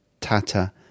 Tata